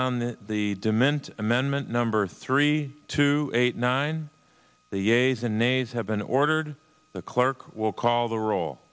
on the demand amendment number three to eight nine the a's unaids have been ordered the clerk will call the rol